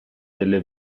delle